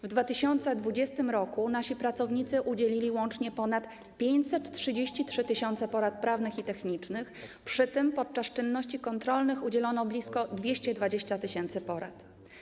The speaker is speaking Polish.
W 2020 r. nasi pracownicy udzielili łącznie ponad 533 tys. porad prawnych i technicznych, przy tym podczas czynności kontrolnych udzielono blisko 220 tys. porad.